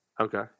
Okay